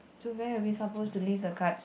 so where are we supposed to leave the cards